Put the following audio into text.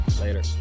later